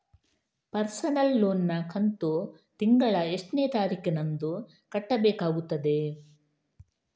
Personal loan ನ ಕಂತು ತಿಂಗಳ ಎಷ್ಟೇ ತಾರೀಕಿನಂದು ಕಟ್ಟಬೇಕಾಗುತ್ತದೆ?